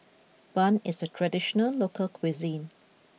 Bun is a traditional local cuisine